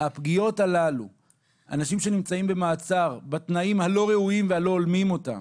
אנשים יישבו בבית ויקבלו את מי שבא אליהם.